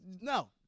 no